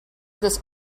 this